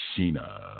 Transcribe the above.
Sheena